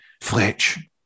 Fletch